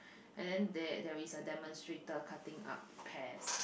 and then there there is a demonstrator cutting up pears